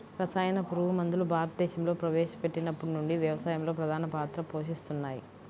రసాయన పురుగుమందులు భారతదేశంలో ప్రవేశపెట్టినప్పటి నుండి వ్యవసాయంలో ప్రధాన పాత్ర పోషిస్తున్నాయి